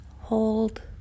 Hold